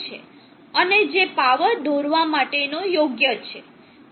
અને જે પાવર દોરવા માટેનો યોગ્ય છે